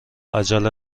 عجله